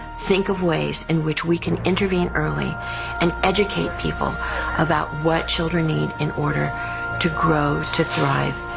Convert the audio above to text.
think of ways in which we can intervene early and educate people about what children need in order to grow, to thrive,